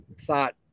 thought